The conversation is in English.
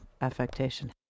affectation